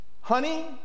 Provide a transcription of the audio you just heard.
honey